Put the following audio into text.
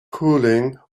cooling